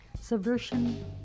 subversion